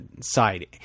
side